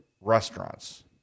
restaurants